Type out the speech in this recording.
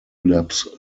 laps